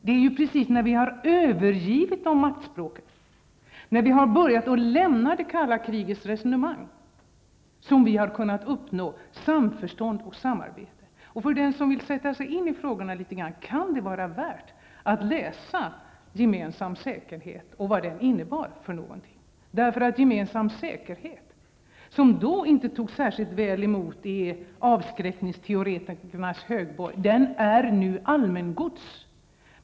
Det är ju när vi har övergivit maktspråket och när vi har börjat lämna det kalla krigets resonemang som vi har kunna uppnå samförstånd och samarbete. För den som vill sätta sig in i frågorna litet grand kan det vara värt att läsa Gemensam säkerhet och se vad den innebar. Gemensam säkerhet, som då inte togs särskilt väl emot i avskräckningsteoretikernas högborg, är nu allmängods.